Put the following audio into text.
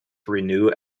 renew